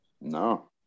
No